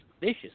vicious